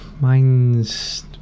Mine's